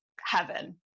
heaven